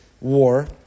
war